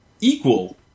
equal